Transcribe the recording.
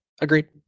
Agreed